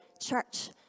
church